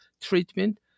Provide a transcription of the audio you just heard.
treatment